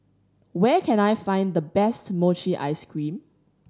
where can I find the best mochi ice cream